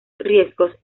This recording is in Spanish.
riesgos